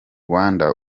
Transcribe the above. rwanda